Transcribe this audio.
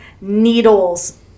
needles